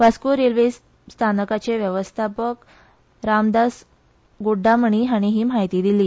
Vasco railway स्थानकाचे व्यवस्थापक रामदास गोड्डामणी हाणें ही म्हायती दिली